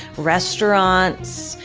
restaurants.